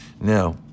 now